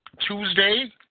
Tuesday